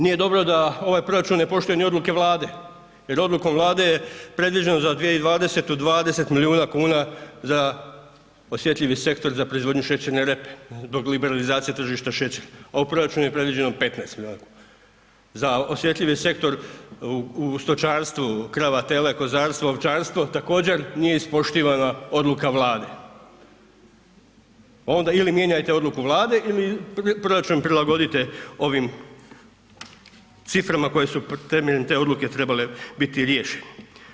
Nije dobro da, ovaj proračun ne poštuje ni odluke Vlade jer odlukom Vlade je predviđeno za 2020. 20 milijuna kuna za osjetljivi sektor za proizvodnju šećerne repe, dok liberalizacija tržišta šećer, ovim proračunom je predviđeno 15 milijuna kuna, za osjetljivi sektor u stočarstvu krava tele, kozarstvo, ovčarstvo, također nije ispoštivana odluka Vlade, onda ili mijenjajte odluku Vlade ili proračun prilagodite ovim ciframa koje su temeljem te odluke trebale biti riješeni.